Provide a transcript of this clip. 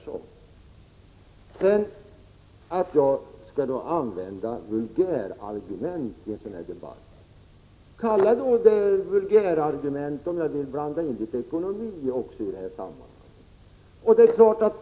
Vad beträffar påståendet att jag skulle använda vulgärargument vill jag säga: Kalla det då vulgärargument, om jag i en sådan här debatt vill blanda in också litet ekonomi.